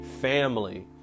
family